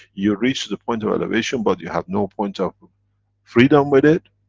you reached the point of elevation but you have no point of of freedom with it,